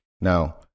Now